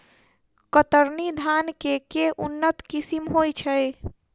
कतरनी धान केँ के उन्नत किसिम होइ छैय?